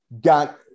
got